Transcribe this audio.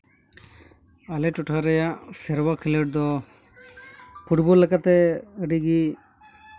ᱟᱞᱮ ᱴᱚᱴᱷᱟ ᱨᱮᱭᱟᱜ ᱥᱮᱨᱣᱟ ᱠᱷᱮᱹᱞᱳᱰ ᱫᱚ ᱯᱷᱩᱴᱵᱚᱞ ᱞᱮᱠᱟᱛᱮ ᱟᱹᱰᱤ ᱜᱮ